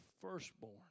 firstborn